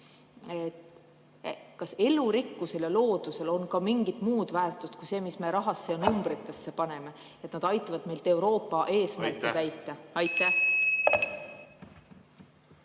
Kas elurikkusel ja loodusel on ka mingit muud väärtust kui see, mis me rahasse ja numbritesse paneme, et nad aitavad meil Euroopa eesmärke täita?